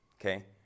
Okay